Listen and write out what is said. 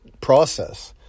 process